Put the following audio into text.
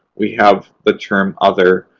we have the term other.